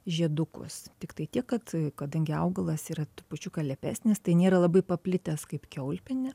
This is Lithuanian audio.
žiedukus tiktai tiek kad kadangi augalas yra trupučiuką lepesnis tai nėra labai paplitęs kaip kiaulpienė